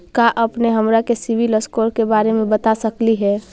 का अपने हमरा के सिबिल स्कोर के बारे मे बता सकली हे?